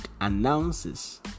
announces